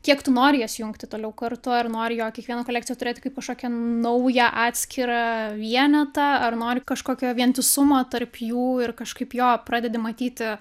kiek tu nori jas jungti toliau kartu ar nori jo kiekvieną kolekciją turėt kaip kažkokią naują atskirą vienetą ar nori kažkokio vientisumo tarp jų ir kažkaip jo pradedi matyti